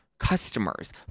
customers